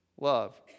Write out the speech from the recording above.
love